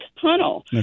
tunnel